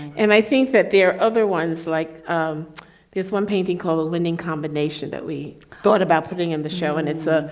and i think that there are other ones like this one painting called winning combination that we thought about putting in the show, and it's a